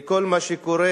לכל מה שקורה,